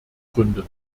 gründet